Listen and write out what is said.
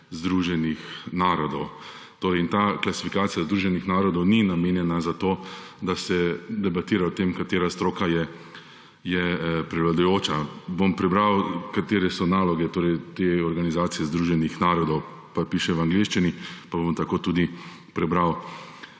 Združenih narodov in ta klasifikacija Združenih narodov ni namenjena za to, da se debatira o tem, katera stroka je prevladujoča. Bom prebral, katere so naloge te Organizacije združenih narodov, pa piše v angleščini, pa bom tako tudi prebral.